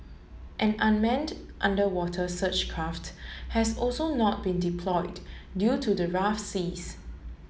an unmanned underwater search craft has also not been deployed due to the rough seas